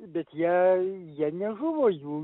bet jei jie nežuvo jų